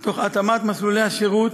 תוך התאמת מסלולי השירות,